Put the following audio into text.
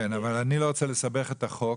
כן, אבל אני לא רוצה לסבך את החוק